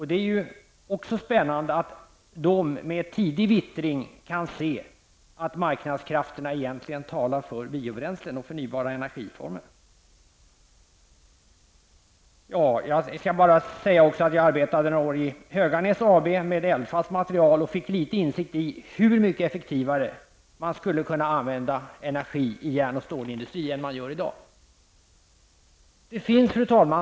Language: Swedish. Det är ju spännande att man också där med tidig vittring kan se att marknadskrafterna egentligen talar för biobränslen och förnybara energiformer. Jag skall bara säga att jag också arbetade några år på Höganäs AB med eldfast material. Då fick jag litet insikt i hur man skulle kunna använda energi i järn och stålindustrin mycket effektivare än man gör i dag. Fru talman!